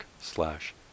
slash